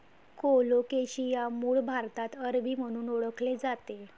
colocasia मूळ भारतात अरबी म्हणून ओळखले जाते